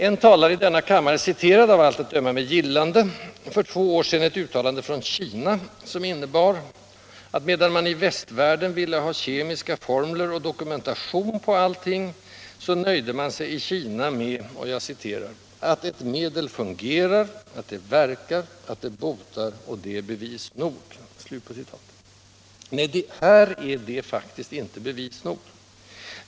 En talare i denna kammare citerade, av allt att döma med gillande, för två år sedan ett uttalande från Kina, som innebar, att medan man i västvärlden ville ha kemiska formler och dokumentation på allting, så nöjde man sig i Kina med ”att ett medel fungerar, att det verkar, att det botar och det är bevis nog”. Nej, här är det inte bevis nog.